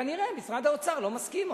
וכנראה משרד האוצר לא מסכים,